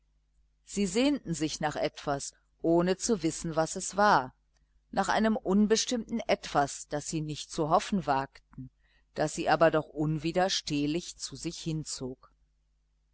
sie sehnten sich nach etwas ohne zu wissen was es war nach einem unbestimmten etwas das sie nicht zu hoffen wagten das sie aber doch unwiderstehlich zu sich hinzog